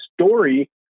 story